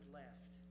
left